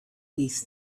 these